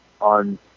on